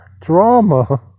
drama